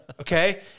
Okay